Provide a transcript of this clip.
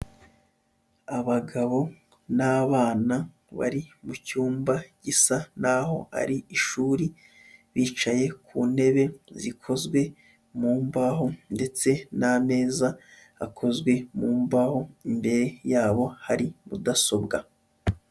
Abagabo n'abana bari mu cyumba gisa n'aho ari ishuri, bicaye ku ntebe zikozwe mu mbaho ndetse n'ameza akozwe mu mbaho imbere yabo hari mudasobwa.